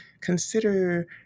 consider